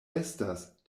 estas